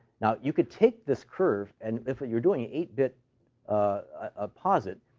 now, you could take this curve, and if you're doing an eight bit ah posit,